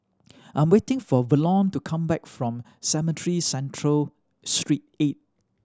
I'm waiting for Verlon to come back from Cemetry Central Street Eight